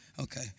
Okay